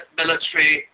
military